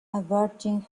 averting